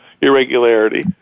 irregularity